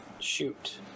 shoot